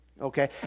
Okay